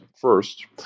First